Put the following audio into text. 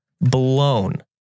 Blown